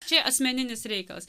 čia asmeninis reikalas